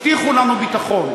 הבטיחו לנו ביטחון.